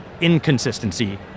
inconsistency